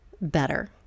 better